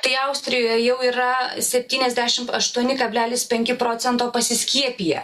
tai austrijoje jau yra septyniasdešimt aštuoni kablelis penki procento pasiskiepiję